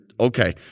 Okay